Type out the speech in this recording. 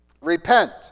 Repent